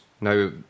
Now